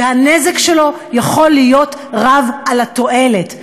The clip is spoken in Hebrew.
והנזק שלו יכול להיות רב על התועלת.